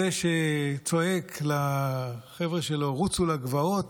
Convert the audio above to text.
זה שצועק לחבר'ה שלו: רוצו לגבעות,